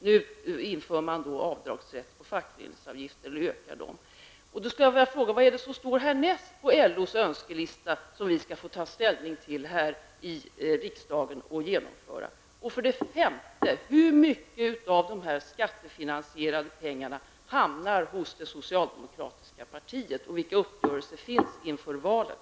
Nu ökar man avdragsrätten för fackföreningsavgiften. Jag skulle vilja fråga: Vad står härnäst på LOs önskelista, som vi skall få ta ställning till och genomföra här i riksdagen?. Slutligen undrar jag: Hur mycket av dessa skattefinansierade pengar hamnar hos det socialdemokratiska partiet, och vilka uppgörelser finns inför valet?